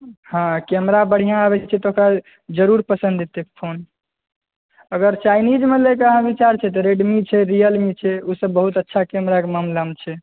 हँ कैमरा बढ़िआँ आबैत छै तऽ ओकर जरूर पसन्द एतै फोन अगर चाइनीज़मे लेबै के विचार छै तऽ रेडमी छै रियलमी छै ओसभ बहुत अच्छा कैमराके मामिलामे छै